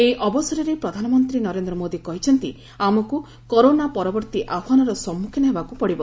ଏହି ଅବସରରେ ପ୍ରଧାନମନ୍ତ୍ରୀ ନରେନ୍ଦ୍ର ମୋଦି କହିଛନ୍ତି ଆମକୁ କରୋନା ପରବର୍ତ୍ତୀ ଆହ୍ବାନର ସମ୍ମଖୀନ ହେବାକୁ ପଡିବ